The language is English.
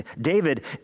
David